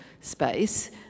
space